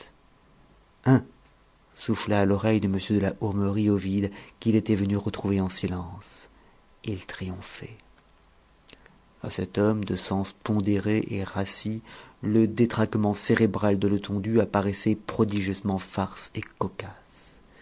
souffla à l'oreille de m de la hourmerie ovide qui l'était venu retrouver en silence il triomphait à cet homme de sens pondéré et rassis le détraquement cérébral de letondu apparaissait prodigieusement farce et cocasse